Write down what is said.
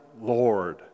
Lord